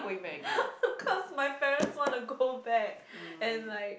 cause my parents wanna go back and like